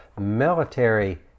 military